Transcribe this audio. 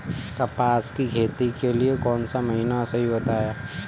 कपास की खेती के लिए कौन सा महीना सही होता है?